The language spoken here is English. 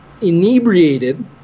inebriated